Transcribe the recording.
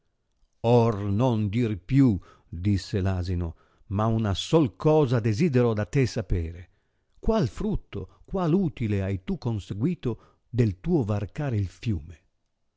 or non dir più disse l asino ma una sol cosa desidero da te sapere qual frutto qual utile hai tu conseguito del tuo varcare il fiume